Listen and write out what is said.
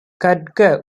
கற்க